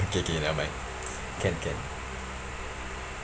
okay okay never mind can can